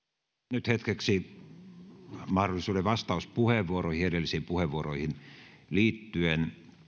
nyt hetkeksi annan mahdollisuuden vastauspuheenvuoroihin edellisiin puheenvuoroihin liittyen